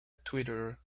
twitter